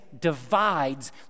divides